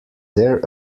their